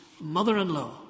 mother-in-law